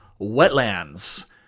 wetlands